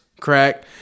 crack